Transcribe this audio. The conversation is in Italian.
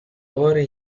ore